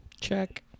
Check